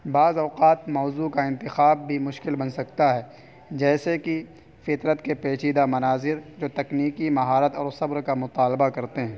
بعض اوقات موضوع کا انتخاب بھی مشکل بن سکتا ہے جیسے کہ فطرت کے پیچیدہ مناظر جو تکنیکی مہارت اور صبر کا مطالبہ کرتے ہیں